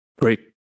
Great